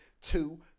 two